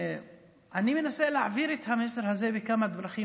אני מנסה להעביר את המסר הזה בכמה דרכים.